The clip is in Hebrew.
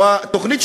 או התוכנית,